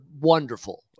wonderful